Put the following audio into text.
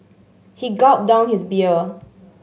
he gulped down his beer